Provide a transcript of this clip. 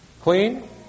clean